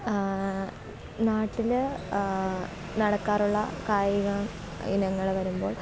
നാട്ടിൽ നടക്കാറുള്ള കായിക ഇനങ്ങൾ വരുമ്പോള്